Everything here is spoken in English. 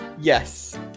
yes